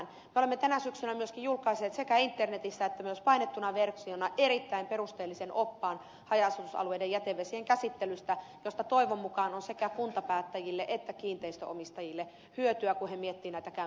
me olemme tänä syksynä myöskin julkaisseet sekä internetissä että myös painettuna versiona erittäin perusteellisen oppaan haja asutusalueiden jätevesien käsittelystä josta toivon mukaan on sekä kuntapäättäjille että kiinteistönomistajille hyötyä kun he miettivät näitä käytännön ratkaisuja